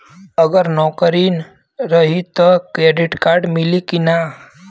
अगर नौकरीन रही त क्रेडिट कार्ड मिली कि ना?